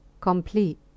complete